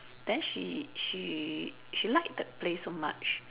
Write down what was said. then she she she liked that place so much